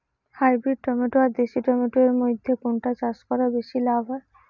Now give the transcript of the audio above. Hybrid tomato আর দেশি tomato এর মইধ্যে কোনটা চাষ করা বেশি লাভ হয়?